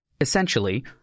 Essentially